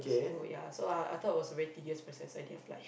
oh ya so I I thought it was a very tedious process I didn't apply